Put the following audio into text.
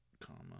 comma